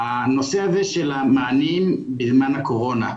הנושא הזה של המענים בזמן הקורונה,